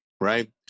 right